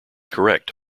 correct